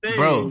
bro